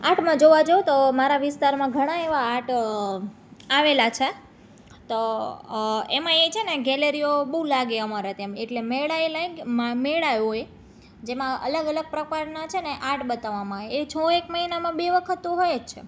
આર્ટમાં જોવાં જાઉં તો મારા વિસ્તારમાં ઘણાં એવાં આર્ટ આવેલાં છે તો એમાં એ છે ને ગેલેરીઓ બહું લાગે અમારે ત્યાં એટલે મેળાય મેળા હોય જેમાં અલગ અલગ પ્રકારના છે ને આર્ટ બતાવવામાં આવે એ છ એક મહિનામાં બે વખત તો હોય જ છે